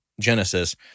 Genesis